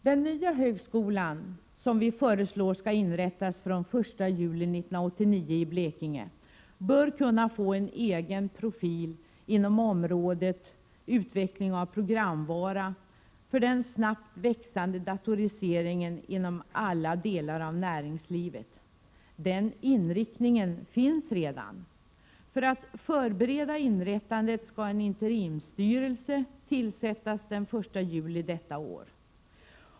Den nya högskolan som vi föreslår skall inrättas från den 1 juli 1989 i Blekinge bör kunna få en egen profil inom området utveckling av programvara för den snabbt växande datoriseringen inom alla delar av näringslivet. Den inriktningen finns redan. För att förbereda inrättandet av den nya högskolan skall en interimstyrelse tillsättas den 1 juli i år.